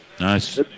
Nice